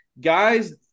guys